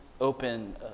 open